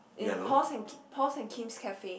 in Paul's and ki~ Paul's and Kim's cafe